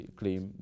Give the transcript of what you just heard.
claim